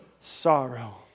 sorrow